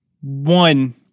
one